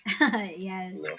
yes